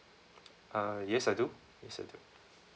uh yes I do yes I do